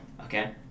okay